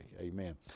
Amen